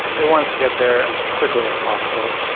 they want it to get there as quickly as possible.